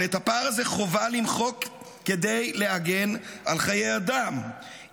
את הפער הזה חובה למחוק כדי להגן על חיי אדם,